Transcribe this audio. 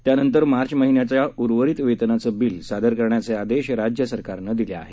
त्यानंतर मार्च महिन्याच्या उर्वरित वेतनाचे बिल सादर करण्याचे आदेश राज्य सरकारने दिले आहेत